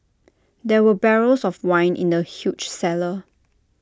there were barrels of wine in the huge cellar